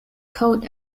coat